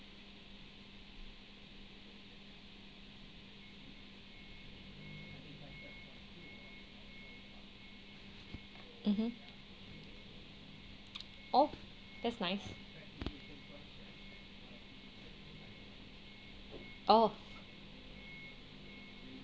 mmhmm oh that's nice oh